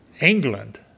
England